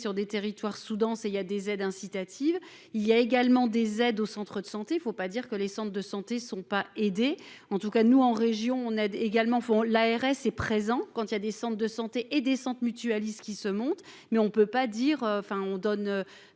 sur des territoires Soudan c'est il y a des aides incitatives. Il y a également des aides au centre de santé il faut pas dire que les centres de santé sont pas aidé en tout cas nous en région, on a également font l'ARS est présent quand il y a des centres de santé et des Centres mutualistes qui se monte, mais on ne peut pas dire enfin on donne.